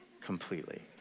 completely